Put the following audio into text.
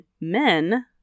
men